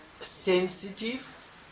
sensitive